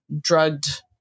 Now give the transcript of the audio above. drugged